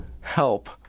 help